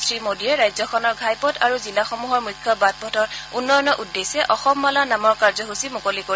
শ্ৰীমোদীয়ে ৰাজ্যখনৰ ঘাইপথ আৰু জিলাসমূহৰ মুখ্য বাট পথৰ উন্নয়নৰ উদ্দেশ্যে অসম মালা নামৰ কাৰ্যসূচীৰ মুকলি কৰিব